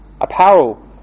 apparel